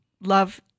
love